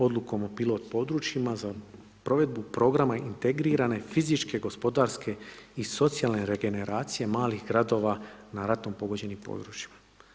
Odlukom o pilot područjima za provedbu programa integrirane fizičke gospodarske i socijalne regeneracije malih gradova na ratom pogođenim područjima.